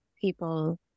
people